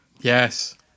Yes